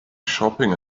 shopping